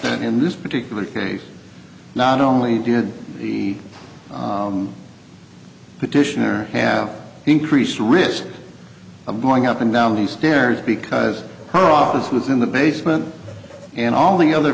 that in this particular case not only did he petitioner have increased risk of going up and down the stairs because her office was in the basement and all the other